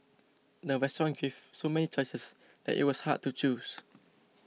the restaurant gave so many choices that it was hard to choose